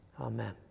Amen